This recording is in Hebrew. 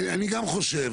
אני גם חושב.